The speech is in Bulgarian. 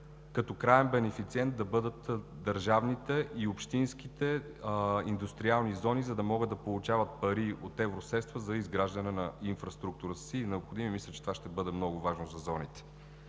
като краен бенефициент да бъдат държавните и общинските индустриални зони, за да могат да получават пари от евросредства за изграждане на инфраструктурата си. Мисля, че това ще бъде много важно за зоните.